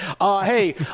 Hey